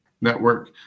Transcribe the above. Network